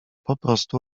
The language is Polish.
poprostu